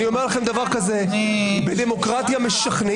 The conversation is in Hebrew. אני אומר לכם דבר כזה: בדמוקרטיה משכנעים.